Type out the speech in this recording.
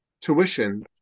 tuition